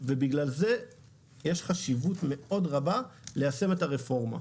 ובגלל זה יש חשיבות מאוד רבה ליישם את הרפורמה.